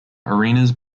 arenas